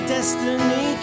Destiny